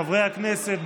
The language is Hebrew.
חברי הכנסת,